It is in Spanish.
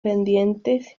pendientes